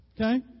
Okay